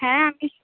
হ্যাঁ আমি